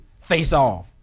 Face-off